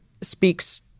speaks